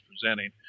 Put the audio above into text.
presenting